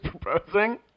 proposing